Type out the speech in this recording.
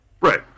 Right